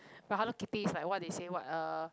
but hello kitty is like what they say what uh